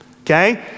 okay